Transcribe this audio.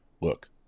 Look